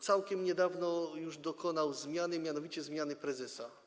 Całkiem niedawno już dokonano zmiany, mianowicie zmiany prezesa.